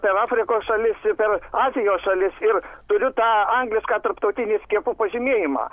per afrikos šalis ir per azijos šalis ir turiu tą anglišką tarptautinį skiepų pažymėjimą